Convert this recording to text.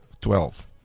Twelve